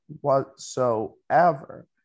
whatsoever